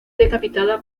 decapitada